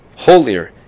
holier